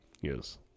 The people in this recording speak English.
Yes